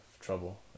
trouble